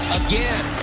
again